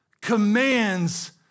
commands